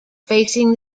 facing